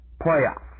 playoffs